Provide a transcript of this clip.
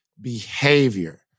behavior